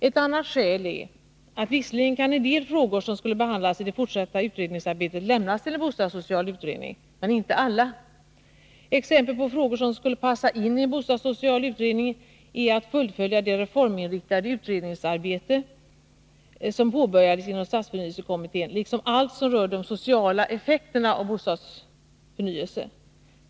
Ett annat skäl är att en del frågor som skulle behandlas i det fortsatta utredningsarbetet visserligen kan lämnas till en bostadssocial utredning, men det gäller inte alla. Exempel på frågor som skulle passa in i en bostadssocial utredning är att fullfölja det reforminriktade utredningsarbetet, som påbörjades inom stadsförnyelsekommittén, liksom allt som rör de sociala effekterna av bostadsförnyelse.